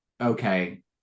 okay